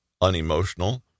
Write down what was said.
unemotional